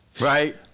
Right